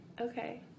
Okay